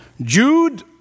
Jude